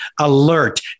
alert